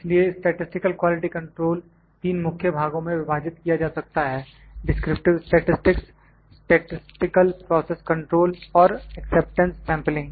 इसलिए statistical quality control तीन मुख्य भागों में विभाजित किया जा सकता है descriptive statistics statistical process control और एक्सेप्टेंस सेंपलिंग